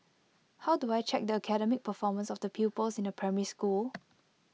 how do I check the academic performance of the pupils in A primary school